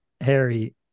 Harry